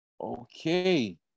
Okay